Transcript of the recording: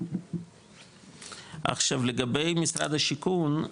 עכשיו לגבי משרד השיכון,